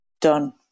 done